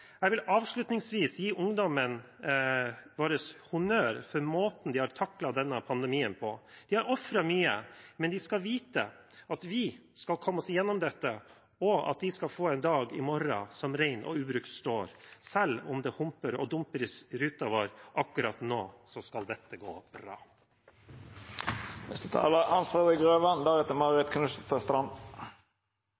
Jeg vil avslutningsvis gi ungdommen vår honnør for måten de har taklet denne pandemien på. De har ofret mye, men de skal vite at vi skal komme oss gjennom dette, og at de «ska’ få en dag i mårå som rein og ubrukt står». Selv om det «homper og domper i ruta vår» akkurat nå, så skal dette gå